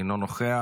אינו נוכח.